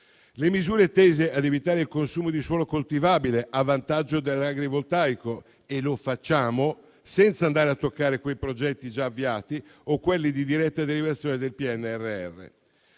poi misure tese a evitare il consumo di suolo coltivabile a vantaggio dell'agrivoltaico (e lo facciamo senza andare a toccare i progetti già avviati o quelli di diretta derivazione del PNRR).